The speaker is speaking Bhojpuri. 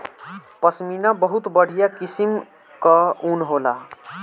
पश्मीना बहुत बढ़िया किसिम कअ ऊन होला